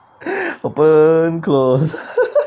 open close